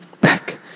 back